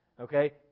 okay